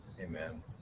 Amen